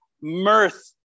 mirth